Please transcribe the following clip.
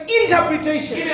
interpretation